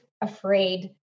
afraid